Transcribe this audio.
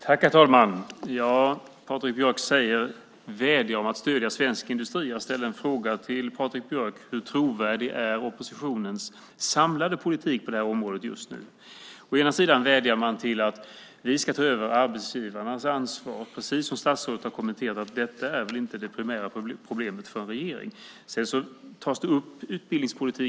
Herr talman! Patrik Björck vädjar om stöd till svensk industri. Jag ställde en fråga till Patrik Björck: Hur trovärdig är oppositionens samlade politik på det här området just nu? Man vädjar till att vi ska ta över arbetsgivarnas ansvar. Precis som statsrådet har kommenterat: Detta är väl inte det primära problemet för en regering. Sedan tas utbildningspolitik upp.